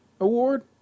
Award